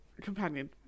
Companion